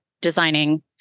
designing